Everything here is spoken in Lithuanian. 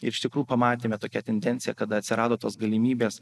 ir iš tikrųjų pamatėme tokią tendenciją kada atsirado tos galimybės